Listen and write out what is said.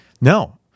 no